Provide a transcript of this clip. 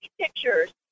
pictures